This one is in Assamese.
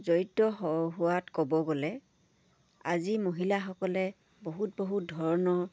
জড়িত হোৱাত ক'ব গ'লে আজি মহিলাসকলে বহুত বহুত ধৰণৰ